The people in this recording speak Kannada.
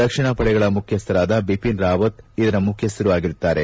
ರಕ್ಷಣಾ ಪಡೆಗಳ ಮುಖ್ಯಸ್ಥರಾದ ಜನರಲ್ ಬಿಪಿನ್ ರಾವತ್ ಇದರ ಮುಖ್ಯಸ್ವರೂ ಆಗಿರುತ್ತಾರೆ